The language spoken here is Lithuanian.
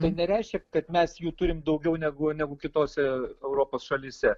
tai nereiškia kad mes jų turim daugiau negu negu kitose europos šalyse